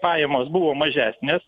pajamos buvo mažesnės